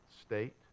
state